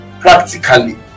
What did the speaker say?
Practically